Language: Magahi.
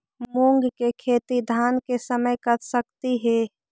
मुंग के खेती धान के समय कर सकती हे?